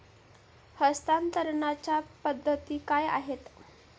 हस्तांतरणाच्या पद्धती काय आहेत?